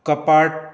कपाट